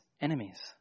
enemies